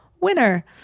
winner